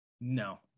No